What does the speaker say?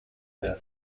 their